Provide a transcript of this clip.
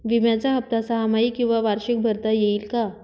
विम्याचा हफ्ता सहामाही किंवा वार्षिक भरता येईल का?